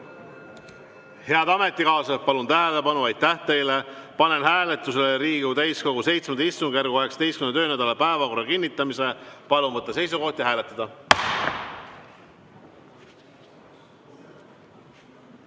Head ametikaaslased, palun tähelepanu! Aitäh teile! Panen hääletusele Riigikogu täiskogu VII istungjärgu 18. töönädala päevakorra kinnitamise. Palun võtta seisukoht ja hääletada!